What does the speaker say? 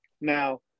Now